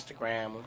Instagram